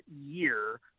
year